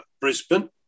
Brisbane